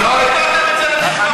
אנחנו מצמצמים, לא טוב לכם?